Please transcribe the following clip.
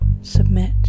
submit